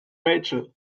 rachel